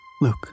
Luke